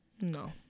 No